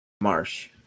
Marsh